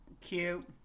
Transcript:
cute